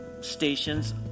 stations